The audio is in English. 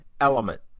element